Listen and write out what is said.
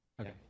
Okay